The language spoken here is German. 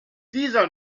dieser